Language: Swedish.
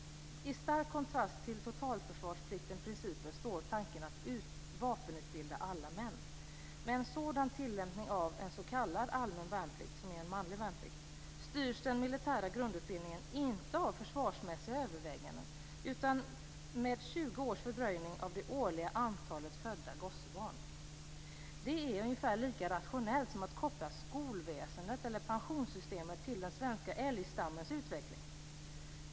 I stark kontrast till totalförsvarspliktens principer står tanken att vapenutbilda alla män. Med en sådan tillämpning av en s.k. allmän värnplikt - som är en manlig värnplikt - styrs den militära grundutbildningen inte av försvarsmässiga överväganden. Den styrs i stället med 20 års fördröjning av det årliga antalet födda gossebarn. Det är ungefär lika rationellt som att koppla skolväsendet eller pensionssystemet till den svenska älgstammens utveckling.